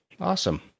Awesome